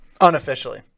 Unofficially